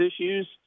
issues